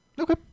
okay